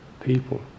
people